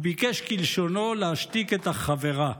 הוא ביקש, כלשונו, "להשתיק את החֲבֵרָה".